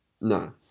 No